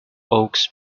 oaks